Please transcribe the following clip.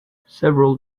several